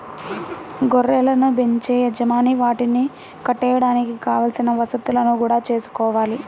గొర్రెలను బెంచే యజమాని వాటిని కట్టేయడానికి కావలసిన వసతులను గూడా చూసుకోవాలి